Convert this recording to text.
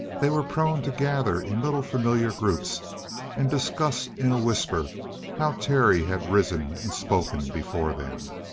they were prone to gather in little familiar groups and discuss in a whisper how terry had risen and spoken before them.